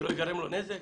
שלא ייגרם לו נזק.